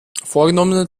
vorgenommen